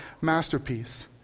masterpiece